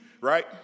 right